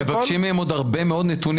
מבקשים מהם עוד הרבה מאוד נתונים.